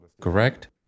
correct